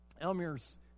Elmer's